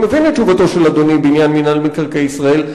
אני מבין את תשובתו של אדוני בעניין מינהל מקרקעי ישראל,